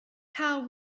carl